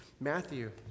Matthew